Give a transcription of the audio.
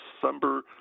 December